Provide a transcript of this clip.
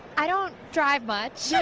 i don't drive much.